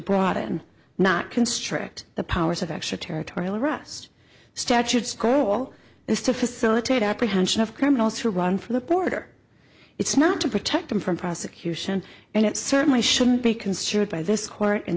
broaden not constrict the powers of extra territorial arrest statutes goal is to facilitate apprehension of criminals who run for the border it's not to protect them from prosecution and it certainly shouldn't be construed by this